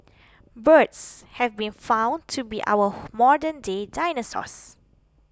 birds have been found to be our modernday dinosaurs